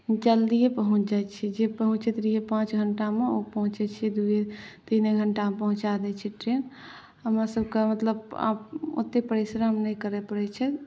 जल्दिए पहुँच जाइ छी जे पहुँचैत रहिए पाँच घण्टामे ओ पहुँचै छिए दुइए तीने घण्टामे पहुँचा दै छै ट्रेन हमरसबके मतलब आब ओतेक परिश्रम नहि करऽ पड़ै छै